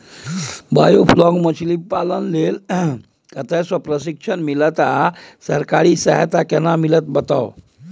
Biofloc मछलीपालन लेल कतय स प्रशिक्षण मिलत आ सरकारी सहायता केना मिलत बताबू?